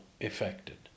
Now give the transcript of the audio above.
affected